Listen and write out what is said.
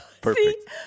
perfect